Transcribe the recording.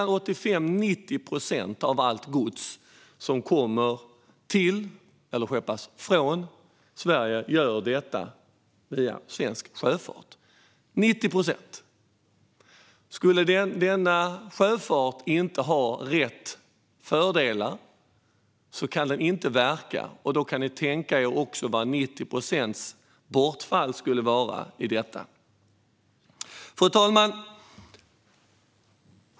90 procent av allt gods som kommer till eller skeppas från Sverige gör det via svensk sjöfart - 90 procent! Om denna sjöfart inte har rätt förutsättningar kan den inte verka, och då kan ni tänka er vad 90 procents bortfall skulle innebära. Fru talman!